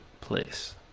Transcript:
place